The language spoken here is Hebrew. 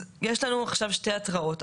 יש לנו עכשיו שתי התראות.